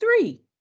three